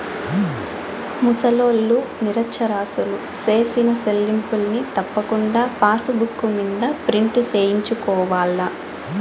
ముసలోల్లు, నిరచ్చరాసులు సేసిన సెల్లింపుల్ని తప్పకుండా పాసుబుక్ మింద ప్రింటు సేయించుకోవాల్ల